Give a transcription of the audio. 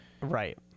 right